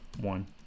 One